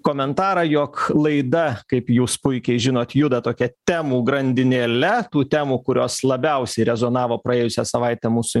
komentarą jog laida kaip jūs puikiai žinot juda tokia temų grandinėle tų temų kurios labiausiai rezonavo praėjusią savaitę mūsų